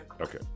Okay